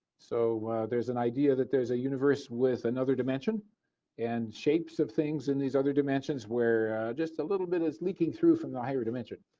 so there's an idea that there's a universe with another dimension and shapes of things in these other dimensions were just a little bit leaking through from the higher dimension.